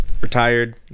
Retired